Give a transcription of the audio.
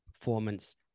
performance